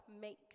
make